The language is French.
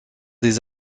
des